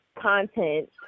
content